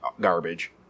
garbage